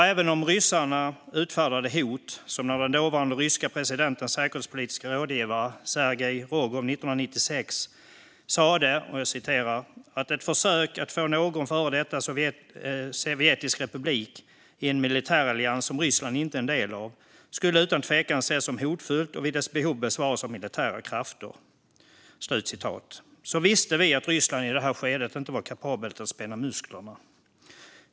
Även om ryssarna utfärdade hot, som när den dåvarande ryske presidentens säkerhetspolitiske rådgivare Sergej Rogov 1996 sa att ett försök att få med någon före detta sovjetisk republik i en militärallians som Ryssland inte är en del av utan tvekan skulle ses som hotfullt och vid behov besvaras av militära krafter, visste vi att Ryssland i det skedet inte var kapabelt att spänna musklerna.